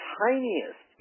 tiniest